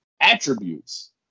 attributes